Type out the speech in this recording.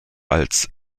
als